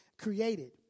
created